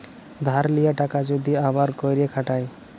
ধার লিয়া টাকা যদি আবার ক্যইরে খাটায়